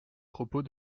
propos